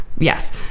Yes